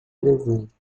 presentes